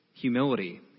humility